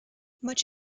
much